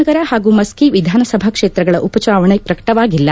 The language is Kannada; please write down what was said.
ನಗರ ಹಾಗೂ ಮಸ್ತಿ ವಿಧಾನಸಭಾ ಕ್ಷೇತ್ರಗಳ ಉಪಚುನಾವಣೆ ಪ್ರಕಟವಾಗಿಲ್ಲ